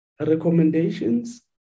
recommendations